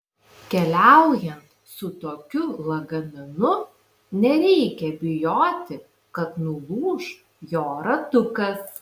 keliaujant su tokiu lagaminu nereikia bijoti kad nulūš jo ratukas